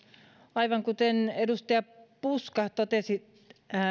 aivan kuten edustaja puska totesi